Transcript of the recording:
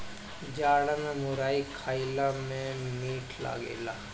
जाड़ा में मुरई खईला में मीठ लागेला